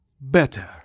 better